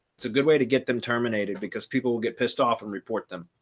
it's a good way to get them terminated because people will get pissed off and report them.